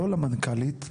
לא למנכ"לית.